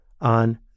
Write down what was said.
on